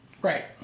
Right